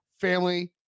family